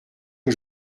que